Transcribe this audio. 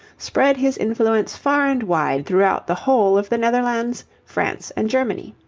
spread his influence far and wide throughout the whole of the netherlands, france, and germany.